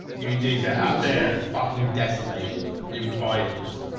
you did get out there fucking decimated it with volumes